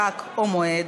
חג או מועד,